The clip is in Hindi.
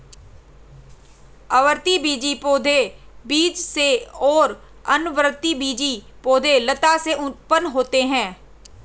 आवृतबीजी पौधे बीज से और अनावृतबीजी पौधे लता से उत्पन्न होते है